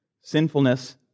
sinfulness